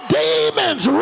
demons